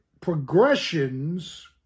progressions